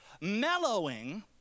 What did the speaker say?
Mellowing